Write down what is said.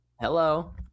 hello